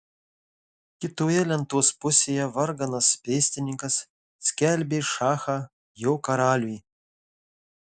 kitoje lentos pusėje varganas pėstininkas skelbė šachą jo karaliui